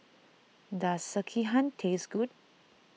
does Sekihan taste good